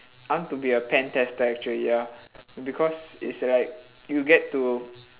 I want to be a pen tester actually ya because it's like you get to